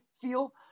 feel